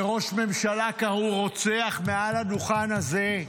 לראש ממשלה קראו רוצח מעל הדוכן הזה,